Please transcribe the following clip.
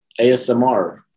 ASMR